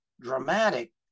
dramatic